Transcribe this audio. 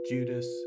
Judas